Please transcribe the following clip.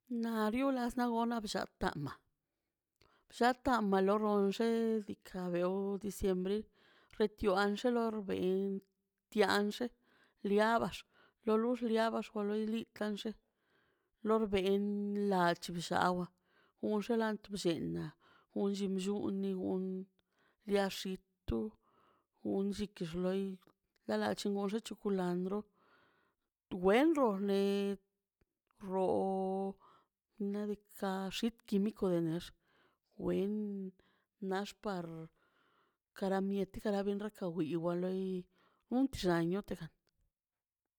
Na rio las tama bllatama lo roi rulle dika bew do diciembre reto anllelo be ben tiaxte liabax lo lux liabax xkwa loi dix lor ben la ach bi llawa wxen la tu blle um bllin llo nigun liaxito unxikix loi uganxo chokolatə twen dor lei roo nadika xit to miko danex wen nax par kara mieti kara ka bin wa loi untxianio kaxan